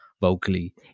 vocally